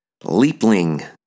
leapling